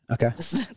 Okay